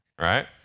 right